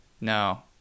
No